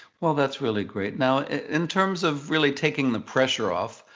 well, that's really great. now in terms of really taking the pressure off,